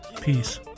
Peace